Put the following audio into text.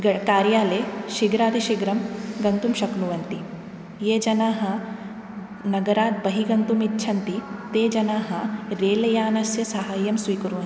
कार्यालये शीघ्रातिशीघ्रं गन्तुं शक्नुवन्ति ये जनाः नगरात् बहि गन्तुमिच्छन्ति ते जनाः रेल यानस्य साहाय्यं स्वीकुर्वन्ति